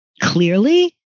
clearly